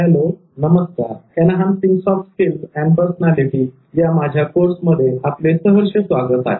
hello नमस्कार 'enhancing soft skills and personality' या माझ्या कोर्समध्ये आपले सहर्ष स्वागत आहे